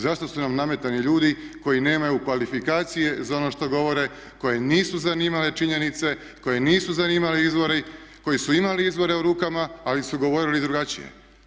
Zašto su nam nametani ljudi koji nemaju kvalifikacije za ono što govore, koje nisu zanimale činjenice, koje nisu zanimali izvori, koji su imali izvore u rukama ali su govorili drugačije.